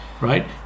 right